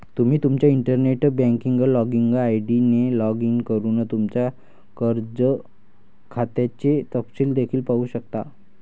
तुम्ही तुमच्या internet banking login ID ने लॉग इन करून तुमच्या कर्ज खात्याचे तपशील देखील पाहू शकता